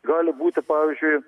gali būti pavyzdžiui